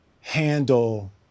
handle